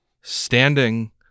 standing